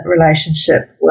relationship